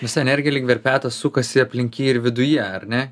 visa energija lyg verpetas sukasi aplink jį ir viduje ar ne